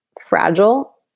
fragile